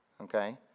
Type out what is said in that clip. Okay